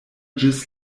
ĝis